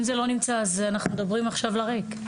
אם זה לא נמצא אנחנו מדברים עכשיו לריק.